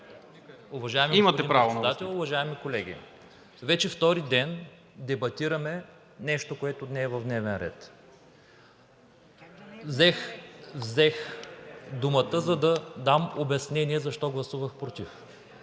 уважаеми колеги! Вече втори ден дебатираме нещо, което не е в дневния ред. Взех думата, за да дам обяснение защо гласувах против.